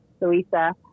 Louisa